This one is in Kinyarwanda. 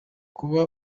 kuba